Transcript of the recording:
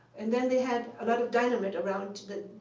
and then they had a lot of dynamite around that,